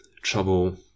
trouble